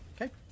Okay